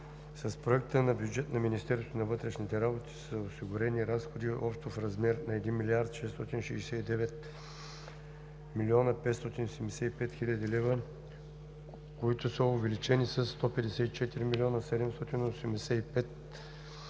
С проекта на бюджет на Министерството на вътрешните работи са осигурени разходи общо в размер на 1 млрд. 669 млн. 575 хил. 500 лв., които са увеличени със 154 млн. 785 хил.